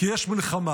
כי יש מלחמה,